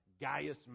Gaius